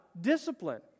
discipline